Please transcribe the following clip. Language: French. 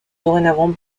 dorénavant